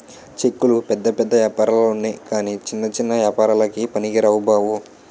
చెక్కులు పెద్ద పెద్ద ఏపారాల్లొనె కాని చిన్న చిన్న ఏపారాలకి పనికిరావు బాబు